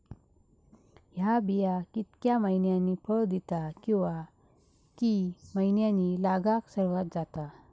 हया बिया कितक्या मैन्यानी फळ दिता कीवा की मैन्यानी लागाक सर्वात जाता?